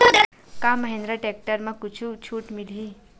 का महिंद्रा टेक्टर म कुछु छुट मिलही?